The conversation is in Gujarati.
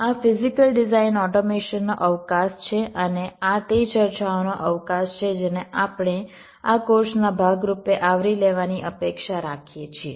આ ફિઝીકલ ડિઝાઇન ઓટોમેશનનો અવકાશ છે અને આ તે ચર્ચાઓનો અવકાશ છે જેને આપણે આ કોર્સના ભાગ રૂપે આવરી લેવાની અપેક્ષા રાખીએ છીએ